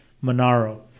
monaro